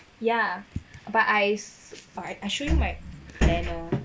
ya but I I show you my planner